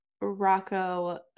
Rocco